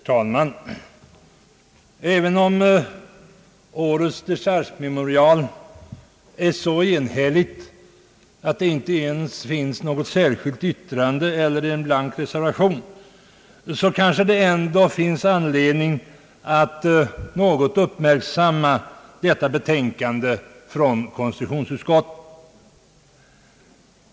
Herr talman! Även om årets dechargememorial är så enhälligt att det inte ens finns ett särskilt yttrande eller en blank reservation, så kanske det ändå finns anledning att något uppmärksamma detta konstitutionsutskottets memorial nr 15.